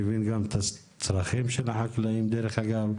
אני מבין גם את הצרכים של החקלאים, דרך אגב.